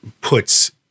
puts